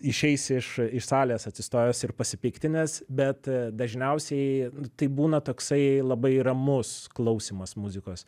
išeis iš iš salės atsistojęs ir pasipiktinęs bet dažniausiai tai būna toksai labai ramus klausymas muzikos